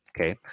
okay